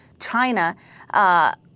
China